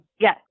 Yes